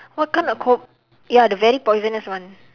what kind of cob~ ya the very poisonous one